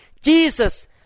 Jesus